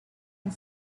and